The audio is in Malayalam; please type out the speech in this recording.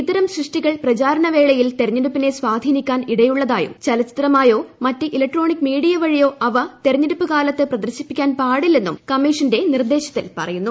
ഇത്തരം സൃഷ്ടികൾ പ്രചാരണവേളയിൽ തെരഞ്ഞെടുപ്പിനെ സ്വാധീനിക്കാൻ ഇടയുള്ളതായും ചലച്ചിത്രമായോ മറ്റ് ഇലക്ട്രോണിക് മീഡിയ വഴിയോ അവ തെരഞ്ഞെടുപ്പ് കാലത്ത് പ്രദർശിപ്പിക്കാൻ പാടില്ലെന്നും കമ്മീഷന്റെ നിർദ്ദേശത്തിൽ പറയുന്നു